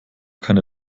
keine